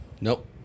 Nope